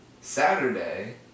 Saturday